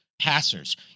passers